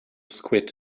squid